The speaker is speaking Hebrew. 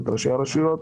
את ראשי הרשויות,